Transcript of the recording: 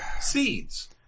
seeds